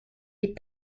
les